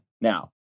Now